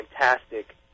fantastic